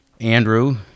Andrew